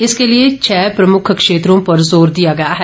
इसके लिए छह प्रमुख क्षेत्रों पर जोर दिया गया है